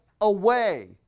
away